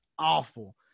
awful